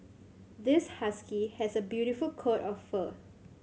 this husky has a beautiful coat of fur